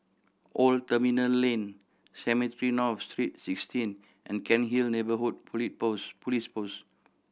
Old Terminal Lane Cemetry North Street Sixteen and Cairnhill Neighbourhood Police Post Police Post